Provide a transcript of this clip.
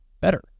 better